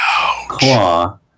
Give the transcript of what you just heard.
claw